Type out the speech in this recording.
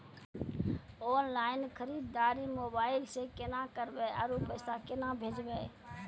Online खरीददारी mobile से केना करबै, आरु पैसा केना भेजबै?